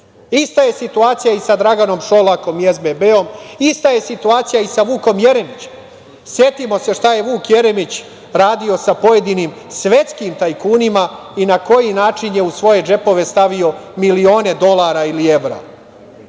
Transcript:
evra. Ista je situacija i sa Draganom Šolakom i SBB, ista je situacija i sa Vukom Jeremićem. Setimo se šta je Vuk Jeremić radio sa pojedinim svetskim tajkunima i na koji način je u svoje džepove stavio milione dolara ili evra,